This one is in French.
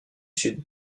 sud